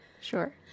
Sure